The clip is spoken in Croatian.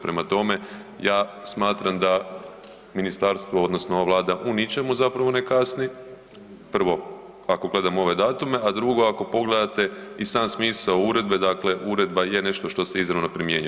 Prema tome, ja smatram da ministarstvo odnosno ova Vlada u ničemu zapravo ne kasni, prvo ako gledamo ove datume, a drugo ako pogledate i sam smisao uredbe, dakle uredba je nešto se izravno primjenjuje.